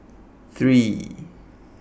three